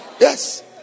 yes